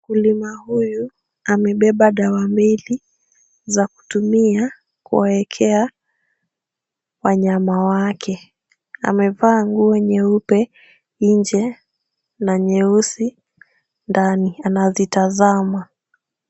Mkulima huyu amebeba dawa meli za kutumia kuwawekea wanyama wake. Amevaa nguo nyeupe nje na nyeusi ndani. Anazitazama.